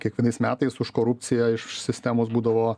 kiekvienais metais už korupciją iš sistemos būdavo